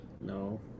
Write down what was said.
No